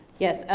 yes,